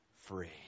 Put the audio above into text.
free